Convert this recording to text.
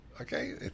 Okay